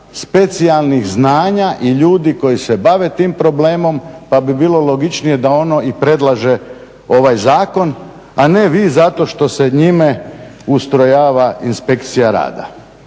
specijalnih znanja i ljudi koji se bave tim problemom pa bi bilo logičnije da ono i predlaže ovaj zakon, a ne vi zato što se njime ustrojava inspekcija rada.